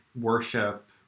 worship